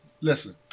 listen